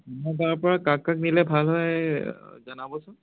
আমাৰ গাঁৱৰ পৰা কাক কাক নিলে ভাল হয় জনাবচোন